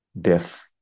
death